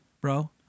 bro